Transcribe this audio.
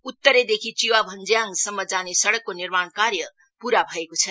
उत्तरदेखि चिवा भन्ज्याङसम्म जाने सड़कको निर्माणकार्य पूरा भएको छ